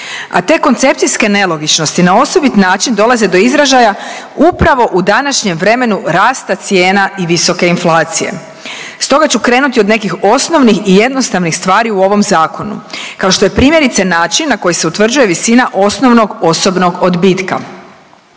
A te koncepcijske nelogičnosti na osobit način dolaze do izražaja upravo u današnjem vremenu rasta cijena i visoke inflacije. Stoga ću krenuti od nekih osnovnih i jednostavnih stvari u ovom zakonu kao što je primjerice način na koji se utvrđuje visina osnovnog osobnog odbitka.